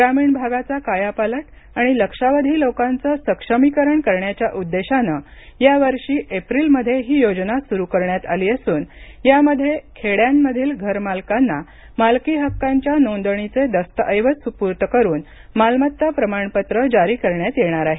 ग्रामीण भारताचा कायापालट आणि लक्षावधी लोकांचं सक्षमीकरण करण्याच्या उद्देशानं यावर्षी एप्रिलमध्ये ही योजना सुरू करण्यात आली असून यामध्ये खेड्यांमधील घरमालकांना मालकी हक्कांच्या नोंदणीचे दस्तऐवज सुपूर्द करून मालमत्ता प्रमाणपत्रं जारी करण्यात येणार आहेत